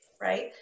right